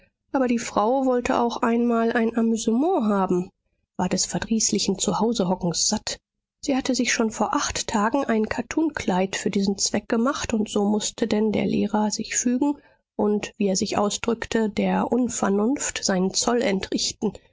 aber die frau wollte auch einmal ein amüsement haben war des verdrießlichen zuhausehockens satt sie hatte sich schon vor acht tagen ein kattunkleid für diesen zweck gemacht und so mußte denn der lehrer sich fügen und wie er sich ausdrückte der unvernunft seinen zoll entrichten